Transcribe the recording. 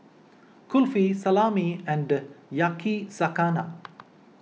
Kulfi Salami and Yakizakana